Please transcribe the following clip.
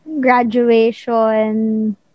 graduation